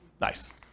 Nice